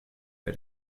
bei